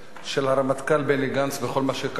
של הרמטכ"ל בני גנץ בכל מה שקשור,